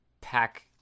pack